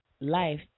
life